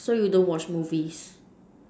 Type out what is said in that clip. so you don't watch movies